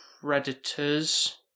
Predators